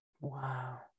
wow